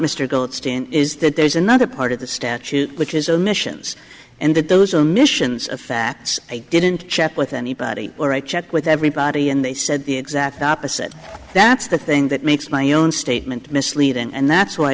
goldstein is that there's another part of the statute which is omissions and that those omissions of that i didn't check with anybody or i check with everybody and they said the exact opposite that's the thing that makes my own statement misleading and that's why